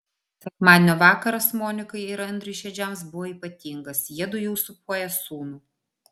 sekmadienio vakaras monikai ir andriui šedžiams buvo ypatingas jiedu jau sūpuoja sūnų